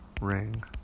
ring